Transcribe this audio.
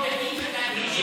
זה מבטא מרוקאי,